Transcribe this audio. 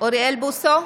אוריאל בוסו,